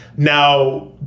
Now